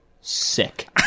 sick